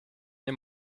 nie